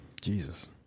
Jesus